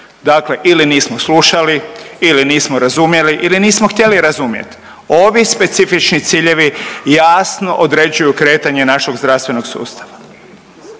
dakle ili nismo slušali ili nismo razumjeli ili nismo htjeli razumjeti. Ovi specifični ciljevi jasno određuju kretanje našeg zdravstvenog sustava.